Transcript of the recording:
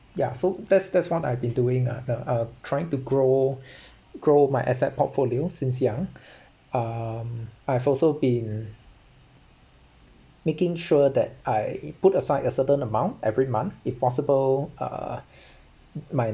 ya so that's that's what I've been doing uh the uh trying to grow grow my asset portfolio since young um I have also been making sure that I put aside a certain amount every month if possible uh my